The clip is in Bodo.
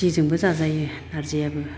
जेजोंबो जाजायो नार्जियाबो